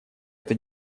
это